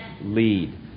Lead